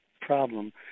problem